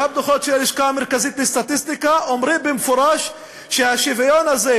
גם דוחות של הלשכה המרכזית לסטטיסטיקה אומרים במפורש שהשוויון הזה,